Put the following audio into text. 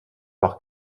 par